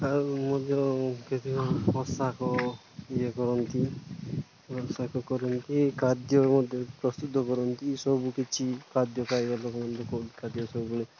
ଆଉ ମଧ୍ୟ କେତକ ପୋଷାକ ଇଏ କରନ୍ତି ପୋଷାକ କରନ୍ତି ଖାଦ୍ୟ ମଧ୍ୟ ପ୍ରସ୍ତୁତ କରନ୍ତି ସବୁ କିଛି ଖାଦ୍ୟ ଖାଇବା ଲୋକମାନ ଲୋକ ଖାଦ୍ୟ ସବୁବେଳେ